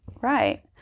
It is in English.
right